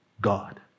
God